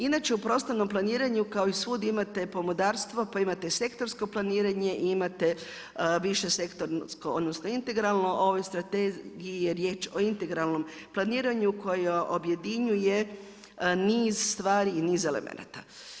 Inače u prostornom planiranju kao i svud imate pomodarstvo, pa imate sektorsko planiranje, imate više sektorsko odnosno integralno, u ovoj strategiji je riječ o integralnom planiranju koje objedinjuje niz stvar i niz elemenata.